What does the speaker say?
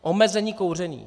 Omezení kouření.